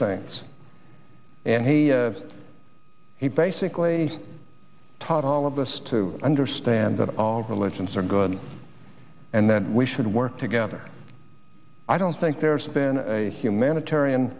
saints and he he basically taught all of us to understand that all religions are good and that we should work together i don't think there's been a humanitarian